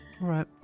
right